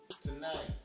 Tonight